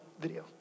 video